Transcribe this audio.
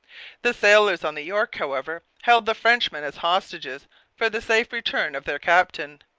the sailors on the york, however, held the frenchmen as hostages for the safe return of their captain.